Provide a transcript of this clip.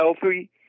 healthy